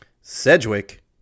Sedgwick